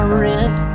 rent